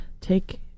Take